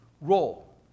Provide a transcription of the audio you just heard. role